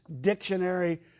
Dictionary